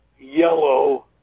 yellow